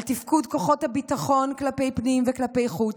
על תפקוד כוחות הביטחון כלפי פנים וכלפי חוץ,